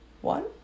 One